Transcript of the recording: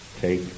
take